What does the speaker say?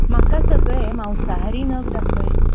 म्हाका सगळे मांसाहारी नग दाखय